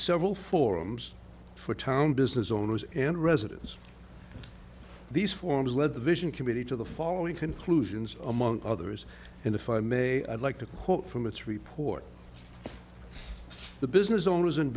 several forums for town business owners and residents these forms led the vision committee to the following conclusions among others and if i may i'd like to quote from its report the business owners in